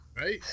Right